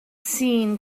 seen